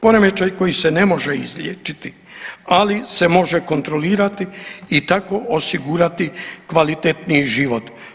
Poremećaj koji se ne može izliječiti, ali se može kontrolirati i tako osigurati kvalitetniji život.